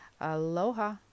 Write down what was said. Aloha